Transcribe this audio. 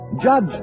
Judge